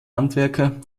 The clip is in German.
handwerker